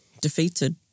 defeated